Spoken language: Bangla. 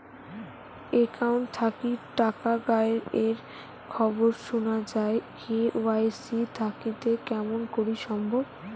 একাউন্ট থাকি টাকা গায়েব এর খবর সুনা যায় কে.ওয়াই.সি থাকিতে কেমন করি সম্ভব?